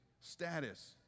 status